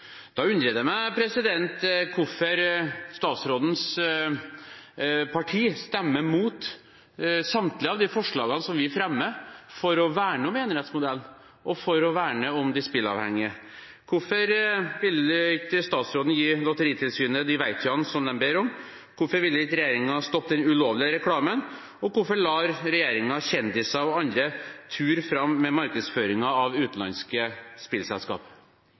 forslagene som vi fremmer for å verne om enerettsmodellen og for å verne om de spilleavhengige. Hvorfor vil ikke statsråden gi Lotteritilsynet de verktøyene som de ber om? Hvorfor vil ikke regjeringen stoppe den ulovlige reklamen? Og hvorfor lar regjeringen kjendiser og andre ture fram med markedsføringen av utenlandske spillselskap?